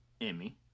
Emmy